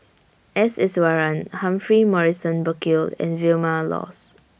S Iswaran Humphrey Morrison Burkill and Vilma Laus